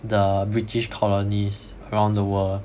the British colonies around the world